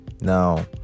Now